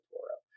Toro